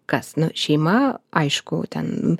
kas nu šeima aišku ten